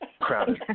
crowded